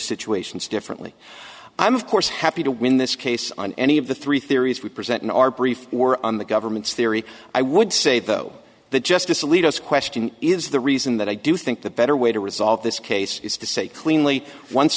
situations differently i'm of course happy to win this case on any of the three theories we present in our brief we're on the government's theory i would say though the justice alito is question he is the reason that i do think the better way to resolve this case is to say cleanly once